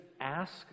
ask